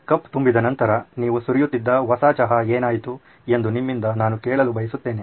cup ತುಂಬಿದ ನಂತರ ನೀವು ಸುರಿಯುತ್ತಿದ್ದ ಹೊಸ ಚಹಾ ಏನಾಯಿತು ಎಂದು ನಿಮ್ಮಿಂದ ನಾನು ಕೇಳ ಬಯಸುತ್ತೇನೆ